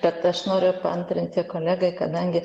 bet aš noriu paantrinti kolegai kadangi